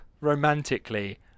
romantically